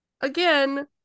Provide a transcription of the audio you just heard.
again